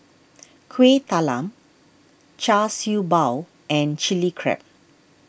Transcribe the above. Kuih Talam Char Siew Bao and Chilli Crab